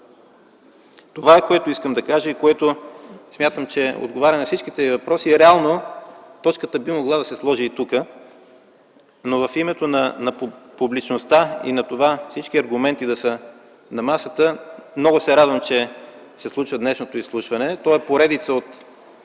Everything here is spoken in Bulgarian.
Това е, което искам да кажа и което смятам, че отговаря на всичките Ви въпроси. Реално точката би могло да се сложи и тук, но в името на публичността и на това всички аргументи да са на масата много се радвам, че се случва днешното изслушване. То е поредица от